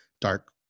dark